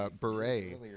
Beret